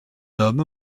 homme